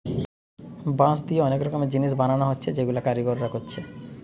বাঁশ দিয়ে অনেক রকমের জিনিস বানানা হচ্ছে যেগুলা কারিগররা কোরছে